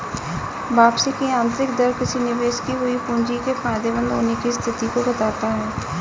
वापसी की आंतरिक दर किसी निवेश की हुई पूंजी के फायदेमंद होने की स्थिति को बताता है